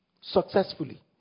successfully